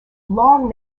long